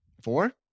Four